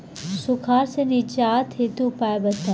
सुखार से निजात हेतु उपाय बताई?